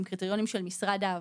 הם קריטריונים של משרד העבודה.